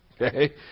Okay